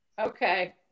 Okay